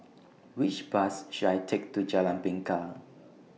Which Bus should I Take to Jalan Bingka